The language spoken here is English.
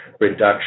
reduction